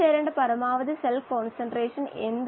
KLa യുടെ അളവുകോൽ പരിശീലിക്കുന്നതിനുള്ള ഒരു പ്രശ്നമാണിത്